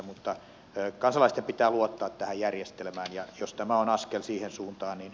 mutta kansalaisten pitää luottaa tähän järjestelmään ja jos tämä on askel siihen suuntaan